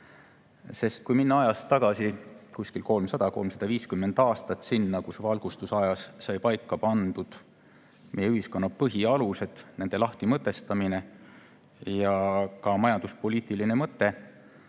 Sest kui minna ajas tagasi 300–350 aastat, kui valgustusajal said paika pandud meie ühiskonna põhialused, nende lahtimõtestamine ja ka majanduspoliitiline mõte,